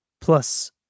plus